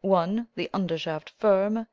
one the undershaft firm,